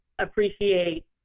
appreciate